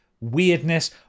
weirdness